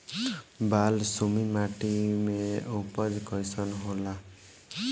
बालसुमी माटी मे उपज कईसन होला?